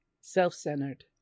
Self-centered